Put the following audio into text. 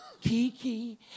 Kiki